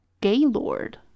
Gaylord